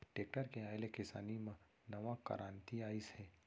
tractor के आए ले किसानी म नवा करांति आइस हे